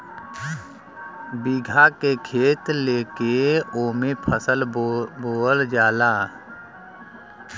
बीघा के खेत लेके ओमे फसल बोअल जात हौ